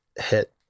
hit